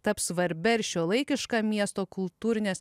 taps svarbia ir šiuolaikiška miesto kultūrinės